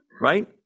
right